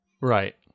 Right